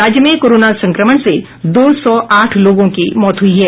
राज्य में कोरोना संक्रमण से दो सौ आठ लोगों की मौत हुई है